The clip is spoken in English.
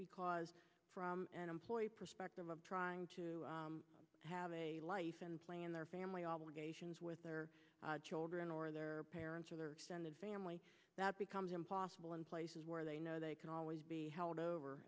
because from an employee perspective of trying to have a life plan their family obligations with their children or their parents or their family that becomes impossible in places where they know they can always be held over